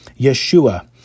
Yeshua